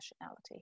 nationality